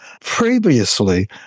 Previously